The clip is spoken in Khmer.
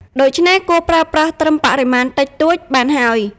ដូច្នេះ គួរប្រើប្រាស់ត្រឹមបរិមាណតិចតួចបានហើយ។